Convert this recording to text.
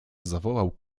zawołał